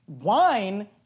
wine